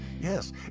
Yes